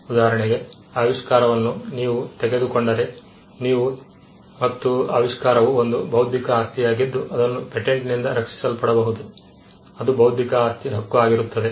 ಉದಾಹರಣೆಗೆ ಆವಿಷ್ಕಾರವನ್ನು ನೀವು ತೆಗೆದುಕೊಂಡರೆ ನೀವು ತೆಗೆದುಕೊಂಡರೆ ಮತ್ತು ಆವಿಷ್ಕಾರವು ಒಂದು ಬೌದ್ಧಿಕ ಆಸ್ತಿಯಾಗಿದ್ದು ಅದನ್ನು ಪೇಟೆಂಟ್ನಿಂದ ರಕ್ಷಿಸಲ್ಪಡಬಹುದು ಅದು ಬೌದ್ಧಿಕ ಆಸ್ತಿ ಹಕ್ಕು ಆಗಿರುತ್ತದೆ